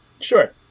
Sure